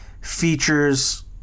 features